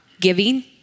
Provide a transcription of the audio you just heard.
giving